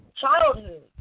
childhood